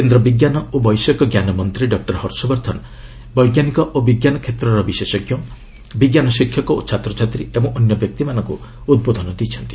କେନ୍ଦ୍ର ବିଜ୍ଞାନ ଓ ବୈଷୟିକ ଜ୍ଞାନ ମନ୍ତ୍ରୀ ଡକ୍ଟର ହର୍ଷବର୍ଦ୍ଧନ ବୈଜ୍ଞାନିକ ଓ ବିଜ୍ଞାନ କ୍ଷେତ୍ରର ବିଶେଷଜ୍ଞ ବିଜ୍ଞାନ ଶିକ୍ଷକ ଓ ଛାତ୍ରଛାତ୍ରୀ ଏବଂ ଅନ୍ୟ ବ୍ୟକ୍ତିମାନଙ୍କୁ ଉଦ୍ବୋଧନ ଦେଇଛନ୍ତି